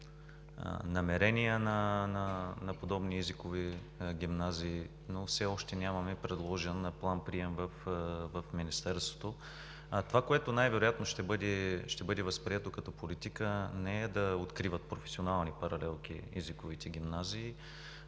намерения на подобни езикови гимназии, но все още нямаме предложен план-прием в Министерството. А това, което най-вероятно ще бъде възприето като политика, не е езиковите гимназии да откриват професионални паралелки, не е да